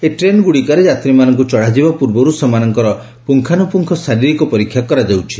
ଏହି ଟ୍ରେନ୍ଗୁଡ଼ିକରେ ଯାତ୍ରୀମାନଙ୍କୁ ଚଢ଼ାଯିବା ପୂର୍ବରୁ ସେମାନଙ୍କର ପୁଙ୍ଗାନୃପୁଙ୍ଗ ଶାରୀରିକ ପରୀକ୍ଷା କରାଯାଉଛି